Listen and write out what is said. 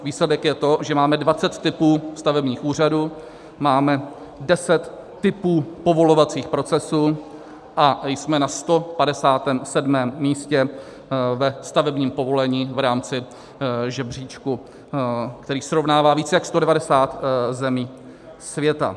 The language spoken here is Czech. Výsledek je to, že máme 20 typů stavebních úřadů, máme 10 typů povolovacích procesů a jsme na 157. místě ve stavebním povolení v rámci řebříčku, který srovnává více jak 190 zemí světa.